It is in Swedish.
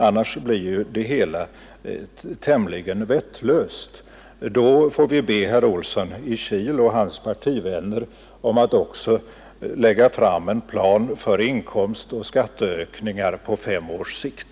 Annars blir det hela tämligen vettlöst. Skall vi ha en sådan utgiftsplan får vi ber herr Olsson i Kil och hans partivänner att också lägga fram en plan för inkomstoch skatteökningar på fem års sikt.